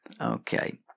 Okay